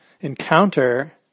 encounter